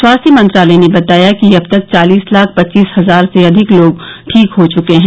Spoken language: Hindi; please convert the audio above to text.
स्वास्थ्य मंत्रालय ने बताया कि अब तक चालिस लाख पच्चीस हजार से अधिक लोग ठीक हो चुके हैं